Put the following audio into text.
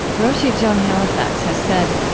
roshi joan halifax has said,